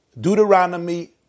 Deuteronomy